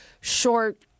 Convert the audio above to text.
short